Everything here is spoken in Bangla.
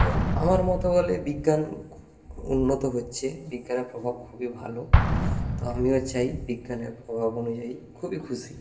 তো আমার মতো বলে বিজ্ঞান উন্নত হচ্ছে বিজ্ঞানের প্রভাব খুবই ভালো তো আমিও চাই বিজ্ঞানের প্রভাব অনুযায়ী খুবই খুশি